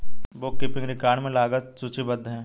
book keeping record में लागत सूचीबद्ध है